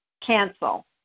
cancel